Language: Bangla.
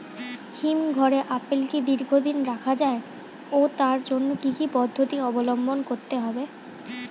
হিমঘরে আপেল কি দীর্ঘদিন রাখা যায় ও তার জন্য কি কি পদ্ধতি অবলম্বন করতে হবে?